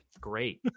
Great